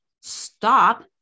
stop